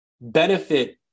benefit